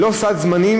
ללא סד זמנים,